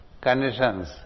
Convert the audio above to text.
conditions